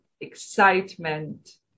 excitement